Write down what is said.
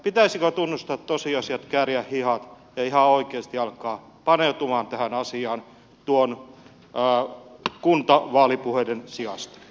pitäisikö tunnustaa tosiasiat kääriä hihat ja ihan oikeasti alkaa paneutumaan tähän asiaan kuntavaalipuheiden sijasta